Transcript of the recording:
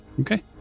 Okay